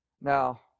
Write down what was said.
Now